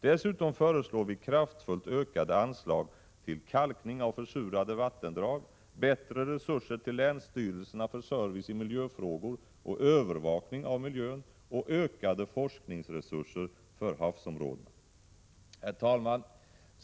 Dessutom föreslår vi kraftfullt ökade anslag till kalkning av försurade vattendrag, bättre resurser till länsstyrelserna för service i miljöfrågor och övervakning av miljön och ökade forskningsresurser för havsområdena. Herr talman!